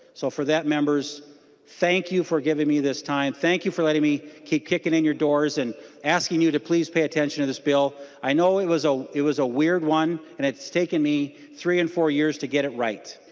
so that members thank you for giving me this time. thank you for letting me keep kicking in your doors and ask you to please pay attention to this bill. i know it was ah it was a weird one and that's taken me three and four years to get it right.